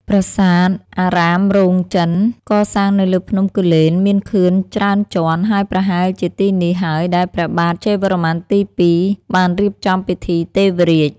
ប្រាសាទអារាមរោងចិន កសាងនៅលើភ្នំគូលែនមានខឿនច្រើនជាន់ ហើយប្រហែលជាទីនេះហើយដែលព្រះបាទជ័យវរ្ម័នទី២ បានរៀបចំពិធីទេវរាជ។